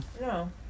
No